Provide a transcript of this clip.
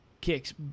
kicks